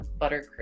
buttercream